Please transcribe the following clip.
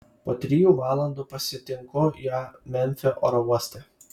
po trijų valandų pasitinku ją memfio oro uoste